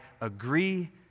agree